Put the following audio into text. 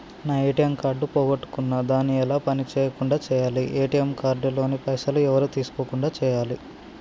నా ATM card పోగొట్టుకున్నా దాన్ని ఎలా పని చేయకుండా చేయాలి ఏ.టి.ఎమ్ కార్డు లోని పైసలు ఎవరు తీసుకోకుండా చేయాలి?